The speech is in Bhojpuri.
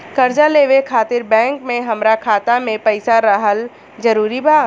कर्जा लेवे खातिर बैंक मे हमरा खाता मे पईसा रहल जरूरी बा?